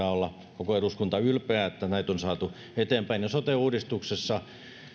olla koko eduskunta ylpeä että näitä on saatu eteenpäin sote uudistuksessa